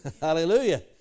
Hallelujah